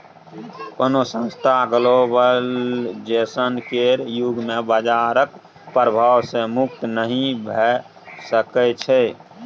कोनो संस्थान ग्लोबलाइजेशन केर युग मे बजारक प्रभाव सँ मुक्त नहि भऽ सकै छै